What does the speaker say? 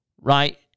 right